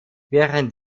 während